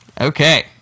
Okay